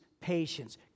patience